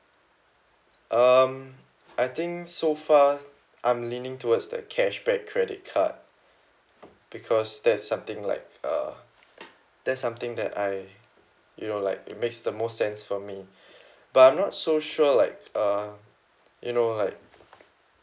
um I think so far I'm leaning towards the cashback credit card because that's something like uh that's something that I you know like it makes the most sense for me but I'm not so sure like uh you know like